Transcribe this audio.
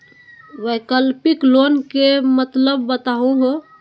वैकल्पिक लोन के मतलब बताहु हो?